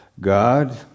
God